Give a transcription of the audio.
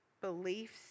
Beliefs